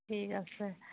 ঠিক আছে